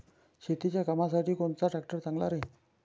शेतीच्या कामासाठी कोनचा ट्रॅक्टर चांगला राहीन?